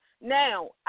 now